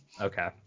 Okay